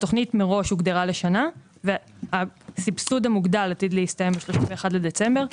התכנית מראש הוגדרה לשנה והסבסוד המוגדל עתיד להסתיים ב-31 בדצמבר.